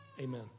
amen